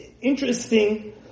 interesting